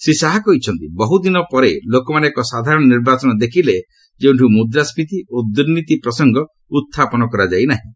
ଶ୍ରୀ ଶାହା କହିଛନ୍ତି ବହୁଦ୍ଦିନ ପରେ ଲୋକମାନେ ଏକ ସାଧାରଣ ନିର୍ବାଚନ ଦେଖିଲେ ଯେଉଁଠି ମୁଦ୍ରାସ୍କିତି ଓ ଦୁର୍ନୀତି ପ୍ରସଙ୍ଗ ଉଞ୍ଚାପନ କରାଯାଇ ନାହିଁ